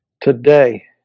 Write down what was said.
today